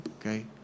Okay